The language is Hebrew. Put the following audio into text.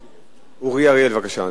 אורי אריאל, בבקשה.